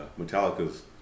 Metallica's